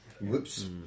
Whoops